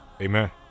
Amen